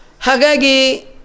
Hagagi